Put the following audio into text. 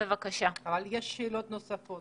אני רוצה